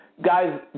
guys